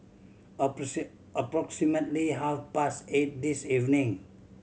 approximately half past eight this evening